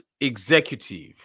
executive